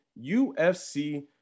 ufc